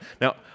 Now